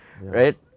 right